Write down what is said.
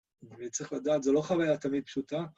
אני צריך לדעת, זו לא חוויה תמיד פשוטה.